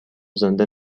زنده